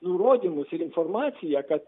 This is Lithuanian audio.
nurodymus ir informaciją kad